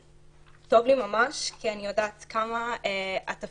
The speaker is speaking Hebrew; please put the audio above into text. טוב לי ממש כי אני יודעת כמה התפקיד